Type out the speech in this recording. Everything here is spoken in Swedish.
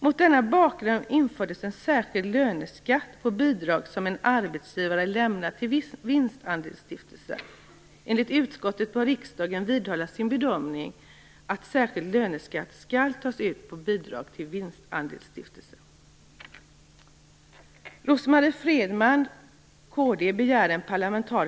Mot denna bakgrund infördes en särskild löneskatt på bidrag som en arbetsgivare lämnat till en vinstandelsstiftelse. Enligt utskottet bör riksdagen vidhålla sin bedömning att särskild löneskatt skall tas ut på bidrag till vinstandelsstiftelse.